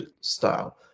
style